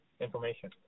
information